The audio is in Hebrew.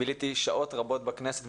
ביליתי שעות רבות בכנסת,